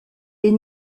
est